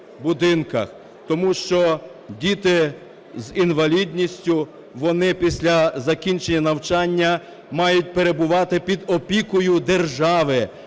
тому що діти з інвалідністю, вони після закінчення навчання мають перебувати під опікою держави,